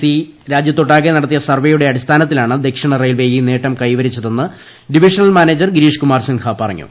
C രാജ്യത്തൊട്ടാകെ നടത്തിയ സർവെയുടെ അടിസ്ഥാനത്തിലാണ് ദക്ഷിണ റെയിൽവേ ഈ നേട്ടം കൈവരിച്ചതെന്ന് ഡിവിഷണൽ മാനേജർ ശിരീഷ് കുമാർ സിൻഹ പറഞ്ഞു